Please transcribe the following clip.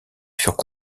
furent